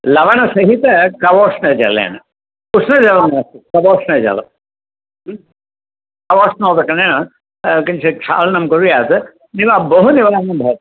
लवणसहितकवोष्णजलेन उष्णजलं मास्तु कवोष्णजलं कवोष्णोदकेन किञ्चित् क्षालनं कुर्यात् बहु न्यूनं भवेत्